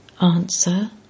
Answer